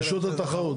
כן, רשות התחרות.